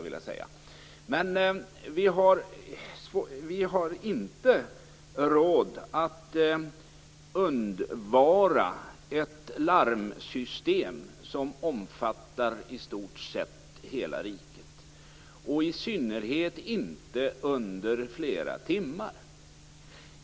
Vi har inte råd att undvara ett larmsystem som omfattar i stort sett hela riket, i synnerhet inte under flera timmar.